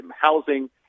housing